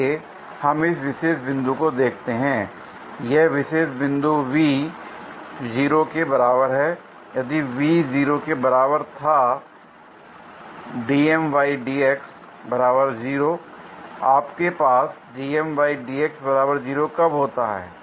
आइए हम इस विशेष बिंदु को देखते हैं यह विशेष बिंदु V 0 के बराबर है यदि V 0 के बराबर था l आपके पास कब होता है